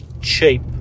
cheap